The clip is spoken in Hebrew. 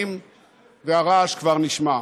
דוהרים והרעש כבר נשמע.